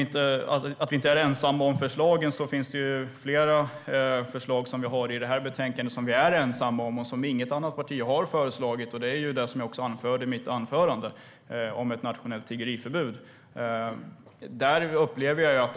Det finns ju flera förslag i det här betänkandet som vi är ensamma om och som inte har framförts av något annat parti. Det gäller förslaget om nationellt tiggeriförbud, som jag tog upp i mitt anförande.